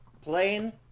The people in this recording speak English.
plain